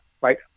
right